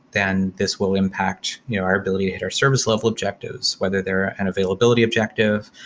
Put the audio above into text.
then this will impact you know our ability to hit our service level objectives, whether they're an availability objective,